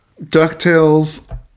DuckTales